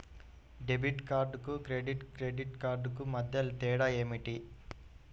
Debit కార్డుకు credit credit కార్డుకు మధ్య తేడా ఏమిటీ?